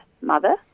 mother